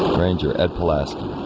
ranger ed pulaski